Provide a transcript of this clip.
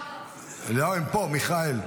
--- לא, הם פה, מיכאל.